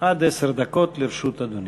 עד עשר דקות לרשות אדוני.